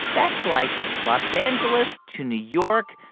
that's like los angeles to new york,